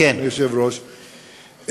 היושב-ראש,